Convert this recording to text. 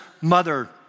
mother